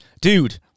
dude